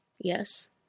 Yes